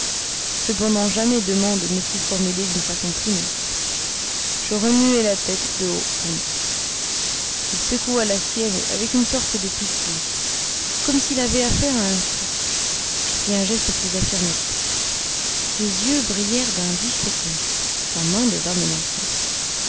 cependant jamais demande ne fut formulée d'une façon plus nette je remuai la tête de haut en bas il secoua la sienne avec une sorte de pitié comme s'il avait affaire à un fou je fis un geste plus affirmatif ses yeux brillèrent d'un vif éclat sa main devint menaçante